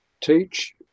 teach